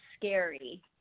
scary